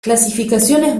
clasificaciones